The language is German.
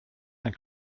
ein